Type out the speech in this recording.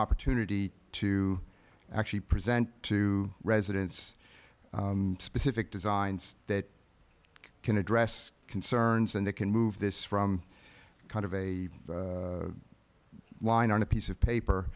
opportunity to actually present to residents specific designs that can address concerns and they can move this from kind of a line on a piece of paper